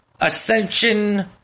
Ascension